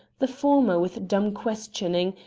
the former with dumb questioning,